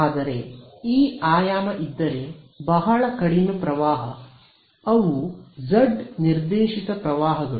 ಆದರೆ ಈ ಆಯಾಮ ಇದ್ದರೆ ಬಹಳ ಕಡಿಮೆ ಪ್ರವಾಹ ಅವು z ನಿರ್ದೇಶಿತ ಪ್ರವಾಹಗಳು